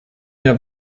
der